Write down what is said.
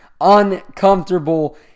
uncomfortable